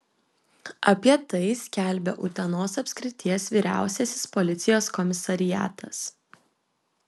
apie tai skelbia utenos apskrities vyriausiasis policijos komisariatas